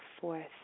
fourth